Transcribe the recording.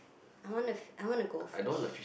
I want a fish I want a goldfish